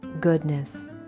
goodness